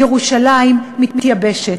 ירושלים מתייבשת,